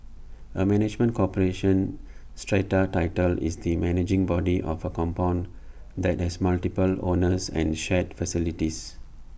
A management corporation strata title is the managing body of A compound that has multiple owners and shared facilities